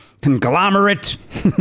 conglomerate